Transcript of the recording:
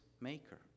maker